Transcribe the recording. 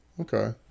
Okay